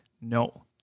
no